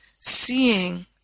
seeing